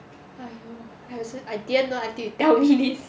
!aiyo! I also I didn't know until you tell me this